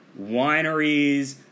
wineries